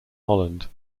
holland